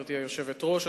גברתי היושבת-ראש,